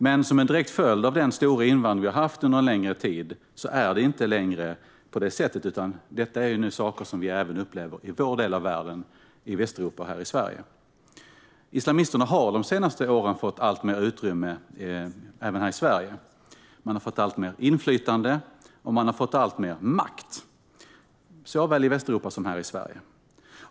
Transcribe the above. Men som en direkt följd av den alltmer stora invandring vi har haft under en längre tid är det inte längre på detta sätt, utan det här är saker som vi nu upplever även här i vår del av världen - i Västeuropa och i Sverige. Islamisterna har under de senaste åren fått alltmer utrymme även här i Sverige. De har fått alltmer inflytande och alltmer makt såväl i Västeuropa som här i Sverige.